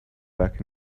back